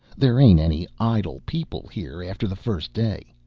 there ain't any idle people here after the first day.